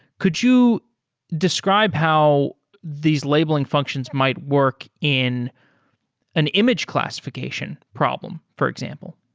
could you describe how these labeling functions might work in an image classification problem, for example?